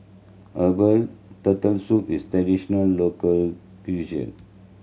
herbal Turtle Soup is a traditional local cuisine